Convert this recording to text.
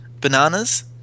bananas